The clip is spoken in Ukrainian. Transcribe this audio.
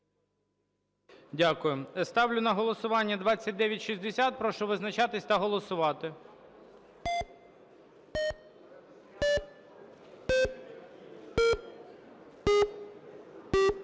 Ставлю на голосування 3003. Прошу визначатись та голосувати.